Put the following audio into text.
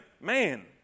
man